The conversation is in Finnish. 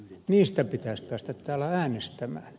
niistä pitäisi päästä täällä äänestämään